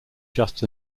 just